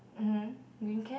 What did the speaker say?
mhm green cap